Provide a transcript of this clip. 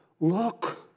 Look